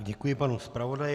Děkuji panu zpravodaji.